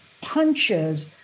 punches